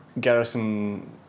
Garrison